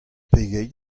pegeit